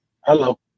Hello